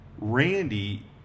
Randy